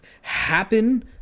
happen